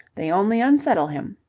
they only unsettle him.